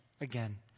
again